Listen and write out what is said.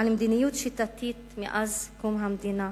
על מדיניות שיטתית מאז קום המדינה.